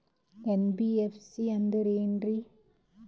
NBFC ಅಂದ್ರ ಏನ್ರೀ?